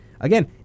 again